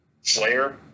Slayer